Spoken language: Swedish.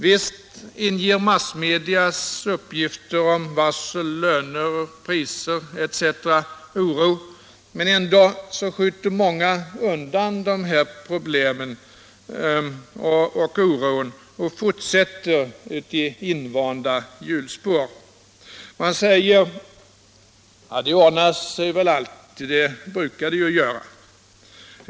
Visst inger massmedias uppgifter om varsel, löner och priser mycken oro, men ändå skjuter många människor undan de problemen och fortsätter i invanda hjulspår. Man säger: Ah, det ordnar sig väl alltid! Det brukar det ju göra.